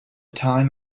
time